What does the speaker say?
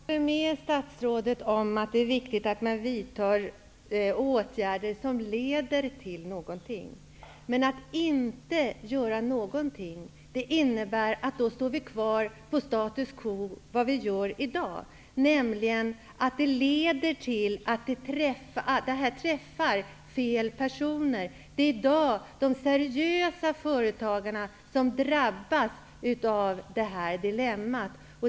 Herr talman! Jag håller med statsrådet om att det är viktigt att vidta åtgärder som leder till någonting. Men att inte göra någonting alls innebär att vi står kvar vid status quo, dvs. där vi är i dag. Det leder till att fel personer drabbas. Det är i dag de seriösa företagarna som drabbas av detta dilemma.